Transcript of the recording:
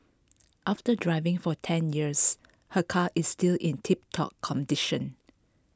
after driving for ten years her car is still in tiptop condition